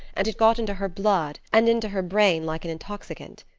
and it got into her blood and into her brain like an intoxicant.